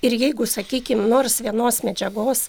ir jeigu sakykim nors vienos medžiagos